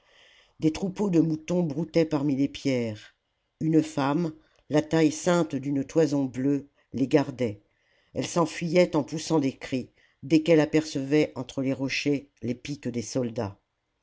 des troupeaux de moutons broutaient parmi les pierres une femme la taille ceinte d'une toison bleue les gardait elle s'enfujait en poussant des cris dès qu'elle apercevait entre les rochers les piques des soldats